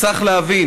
צריך להבין